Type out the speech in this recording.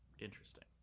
Interesting